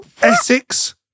Essex